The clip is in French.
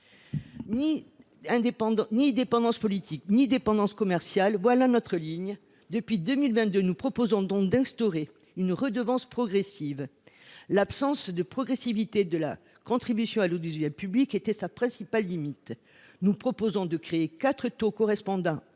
Ni dépendance politique ni dépendance commerciale : voilà notre ligne. Depuis 2022, nous proposons donc d’instaurer une redevance progressive. L’absence de progressivité de la contribution à l’audiovisuel public était sa principale limite. Nous proposons de créer quatre taux correspondants